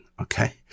Okay